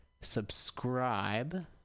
subscribe